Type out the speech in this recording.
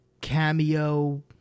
cameo